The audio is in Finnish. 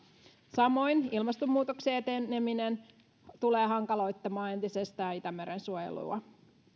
samoin ilmastonmuutoksen eteneminen tulee hankaloittamaan entisestään itämeren suojelua